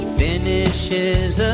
finishes